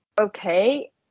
okay